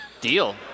Deal